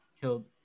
killed